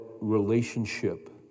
relationship